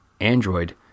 Android